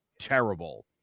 terrible